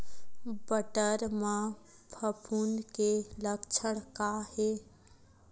बटर म फफूंद के लक्षण का हे?